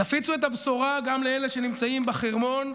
תפיצו את הבשורה גם לאלה שנמצאים בחרמון,